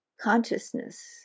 consciousness